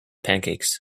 pancakes